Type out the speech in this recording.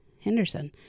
Henderson